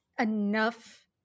enough